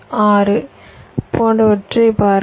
6 போன்றவற்றைக் பார்க்க